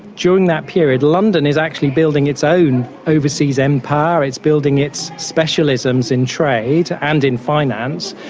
during that period, london is actually building its own overseas empire, it's building its specialisms in trade and in finance,